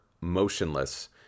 motionless